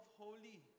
holy